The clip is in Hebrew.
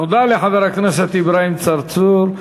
תודה לחבר הכנסת אברהים צרצור.